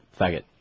Faggot